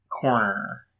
corner